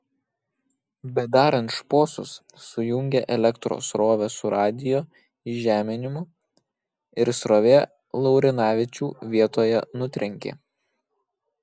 bedarant šposus sujungė elektros srovę su radijo įžeminimu ir srovė laurinavičių vietoje nutrenkė